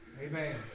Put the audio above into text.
Amen